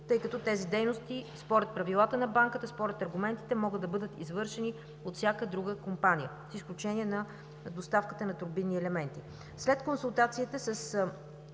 тъй като тези дейности според правилата на Банката, според аргументите, могат да бъдат извършени от всяка друга компания, с изключение на доставката на турбинни елементи. След консултацията с